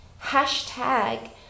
hashtag